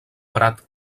prat